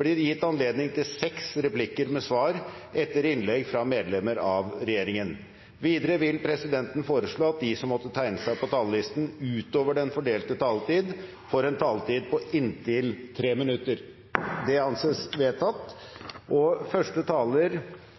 blir gitt anledning til seks replikker med svar etter innlegg fra medlemmer av regjeringen innenfor den fordelte taletid. Videre vil presidenten foreslå at de som måtte tegne seg på talerlisten utover den fordelte taletid, får en taletid på inntil 3 minutter. – Det anses vedtatt. Kommunal- og